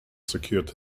secured